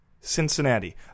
Cincinnati